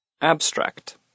Abstract